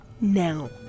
Now